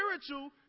spiritual